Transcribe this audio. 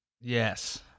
Yes